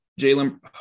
Jalen –